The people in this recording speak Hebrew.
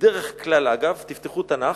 בדרך כלל, אגב, תפתחו תנ"ך,